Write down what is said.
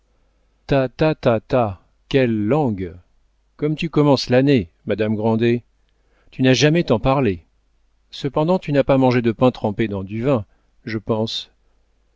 ta ta ta ta quelle langue comme tu commences l'année madame grandet tu n'as jamais tant parlé cependant tu n'as pas mangé de pain trempé dans du vin je pense